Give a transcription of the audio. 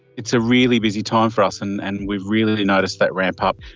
it's a really busy time for us, and and we've really noticed that ramp up.